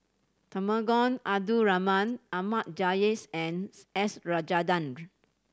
Temenggong Abdul Rahman Ahmad Jais and S Rajendran